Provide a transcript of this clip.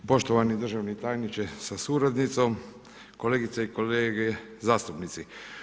Poštovani državni tajniče sa suradnicom, kolegice i kolege zastupnici.